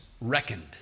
reckoned